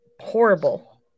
horrible